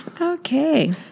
Okay